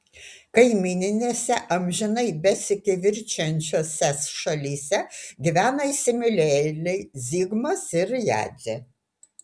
kaimyninėse amžinai besikivirčijančiose šalyse gyvena įsimylėjėliai zigmas ir jadzė